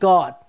God